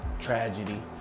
tragedy